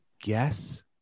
guess